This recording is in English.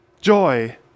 joy